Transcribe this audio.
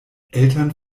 eltern